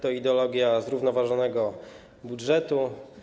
To ideologia zrównoważonego budżetu.